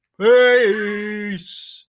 Peace